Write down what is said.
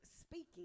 Speaking